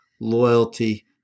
loyalty